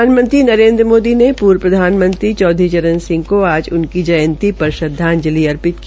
प्रधानमंत्री नरेन्द्र मोदी ने पूर्व प्रधानमंत्री चौधरी चरण सिंह को आज उनकी जयंती पर श्रदवाजंलि अर्पित की